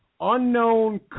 unknown